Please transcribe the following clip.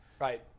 Right